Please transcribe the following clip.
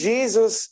Jesus